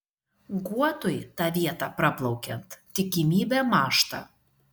guotui tą vietą praplaukiant tikimybė mąžta